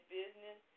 business